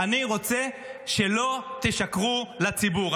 אני רוצה שלא תשקרו לציבור,